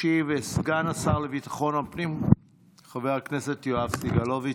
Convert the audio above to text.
ישיב סגן השר לביטחון הפנים חבר הכנסת יואב סגלוביץ',